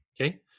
Okay